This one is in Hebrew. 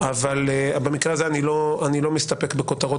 אבל במקרה הזה אני לא מסתפק בכותרות